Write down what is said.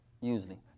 usually